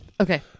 okay